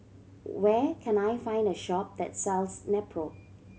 where can I find a shop that sells Nepro